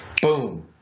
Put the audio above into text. Boom